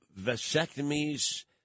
vasectomies